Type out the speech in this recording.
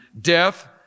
death